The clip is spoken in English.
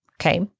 Okay